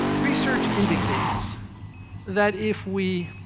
research indicates that if we